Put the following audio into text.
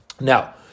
Now